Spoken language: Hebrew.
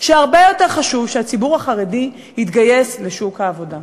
שהרבה יותר חשוב שהציבור החרדי יתגייס לשוק העבודה.